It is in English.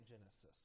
genesis